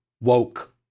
Woke